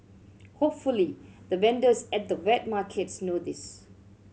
hopefully the vendors at the wet markets know this